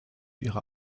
ihrer